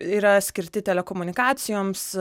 yra skirti telekomunikacijoms